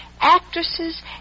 Actresses